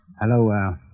Hello